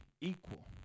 equal